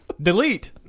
Delete